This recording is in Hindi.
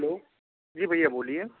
हेलो जी भैया बोलिए